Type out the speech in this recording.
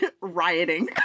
rioting